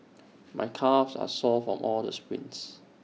my calves are sore from all the sprints